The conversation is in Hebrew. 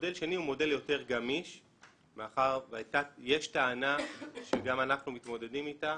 מודל שני הוא מודל יותר גמיש מאחר ויש טענה שגם אנחנו מתמודדים איתה,